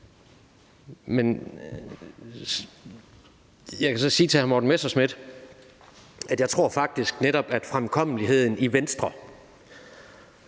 Jeg kan så sige til hr. Morten Messerschmidt, at jeg tror faktisk netop, at fremkommeligheden i Venstre